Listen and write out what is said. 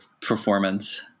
performance